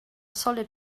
solid